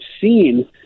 seen